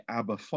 Abba